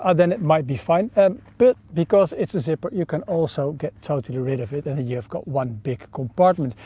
ah then it might be fine. but because it's a zipper, you can also get totally rid of it, and then you've got one big compartment.